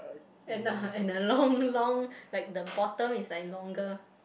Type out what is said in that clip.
and uh and a long long like the bottom is like longer